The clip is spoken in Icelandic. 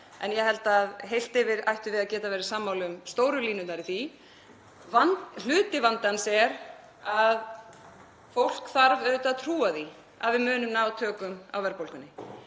en ég held að heilt yfir ættum við að geta verið sammála um stóru línurnar í því. Hluti vandans er að fólk þarf auðvitað að trúa því að við munum ná tökum á verðbólgunni.